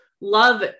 love